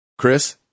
Chris